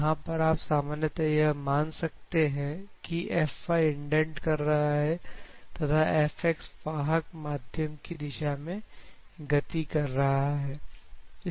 यहां पर आप सामान्यत यह मान सकते हैं कि Fy इंडेंट कर रहा है तथा Fx वाहक माध्यम की दिशा में गति कर रहा है